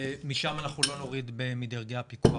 משם אנחנו לא נוריד מדרגי הפיקוח,